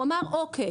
הוא אמר אוקיי,